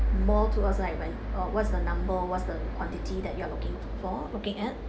more to us like when uh what's the number what's the quantity that you are looking for looking at